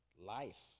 life